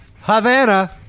Havana